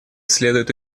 следует